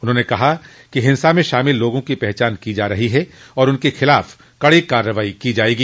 उन्होंने कहा कि हिंसा में शामिल लोगों की पहचान की जा रही है और उनके खिलाफ कड़ी कार्रवाई की जायेगी